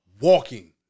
walking